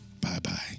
bye-bye